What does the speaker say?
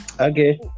okay